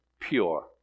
pure